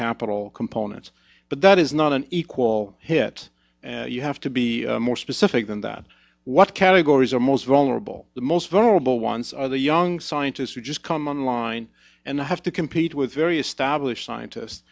capital components but that is not an equal hit and you have to be more specific than that what categories are most vulnerable the most vulnerable ones are the young scientists who just come online and have to compete with various stablish scientist